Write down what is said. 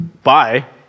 Bye